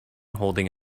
holding